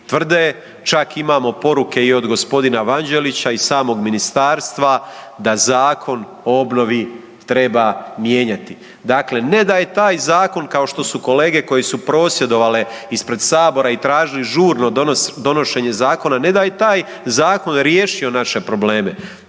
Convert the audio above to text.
tvrde, čak imamo poruke i od g. Vanđelića i samog ministarstva da Zakon o obnovi treba mijenjati. Dakle, ne da je taj zakon kao što su kolege koje su prosvjedovale ispred sabora i tražili žurno donošenje zakona, ne da je taj zakon riješio naše probleme,